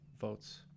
votes